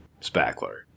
Spackler